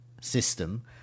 system